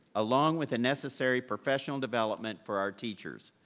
along with the necessary professional development for our teachers.